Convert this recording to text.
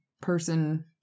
person